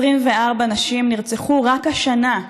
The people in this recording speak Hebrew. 24 נשים נרצחו רק השנה,